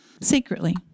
secretly